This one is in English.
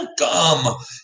Welcome